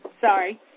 Sorry